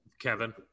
Kevin